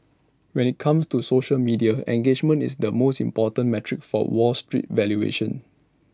when IT comes to social media engagement is the most important metric for wall street valuations